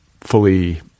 fully